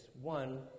One